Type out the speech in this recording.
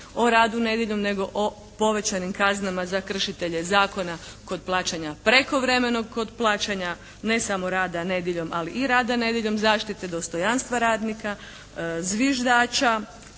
o radu nedjeljom nego o povećanim kaznama za kršitelje zakona kod plaćanja prekovremenog, kod plaćanja ne samo rada nedjeljom ali i rada nedjeljom, zaštite dostojanstva radnika, zviždača,